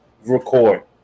record